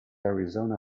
arizona